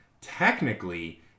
technically